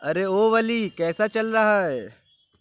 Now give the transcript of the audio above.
ارے او ولی کیسا چل رہا ہے